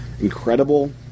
incredible